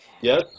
Yes